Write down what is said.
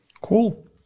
Cool